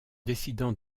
décidant